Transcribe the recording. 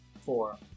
Four